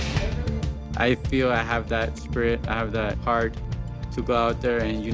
i feel i have that spirit, i have that heart to go out there and, you